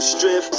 Strip